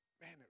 man